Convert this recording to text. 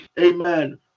amen